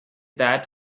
that